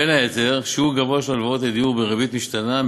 בין היתר: שיעור גבוה של הלוואות לדיור בריבית משתנה,